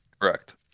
Correct